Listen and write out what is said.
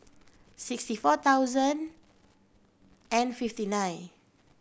sixty four thousand and fifty nine